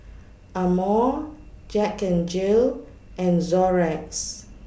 Amore Jack N Jill and Xorex